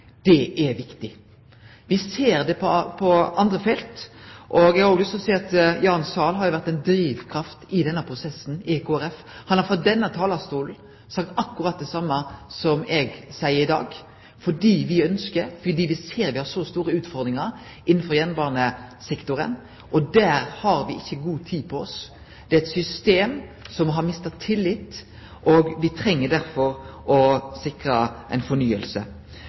er viktig. Me ser det på andre felt. Eg har òg lyst til å seie at Jan Sahl har vore ei drivkraft i denne prosessen i Kristeleg Folkeparti. Han har frå denne talarstolen sagt akkurat det same som eg seier i dag, fordi me ønskjer det, og fordi me ser at me har så store utfordringar innanfor jernbanesektoren. Der har me ikkje god tid på oss. Det er eit system som har mista tillit, og me treng derfor å